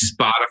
Spotify